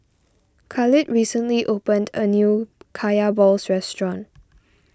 Khalid recently opened a new Kaya Balls restaurant